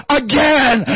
again